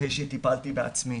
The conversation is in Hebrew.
אחרי שטיפלתי בעצמי,